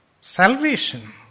salvation